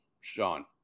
Sean